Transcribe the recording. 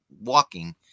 walking